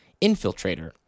Infiltrator